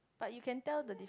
but you can tell the diff~